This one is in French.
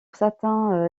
certains